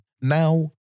Now